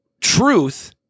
truth